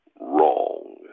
wrong